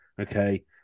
okay